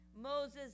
Moses